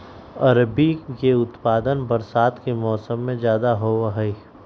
अरबी के उत्पादन बरसात के मौसम में ज्यादा होबा हई